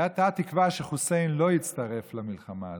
הייתה תקווה שחוסיין לא יצטרף למלחמה הזאת,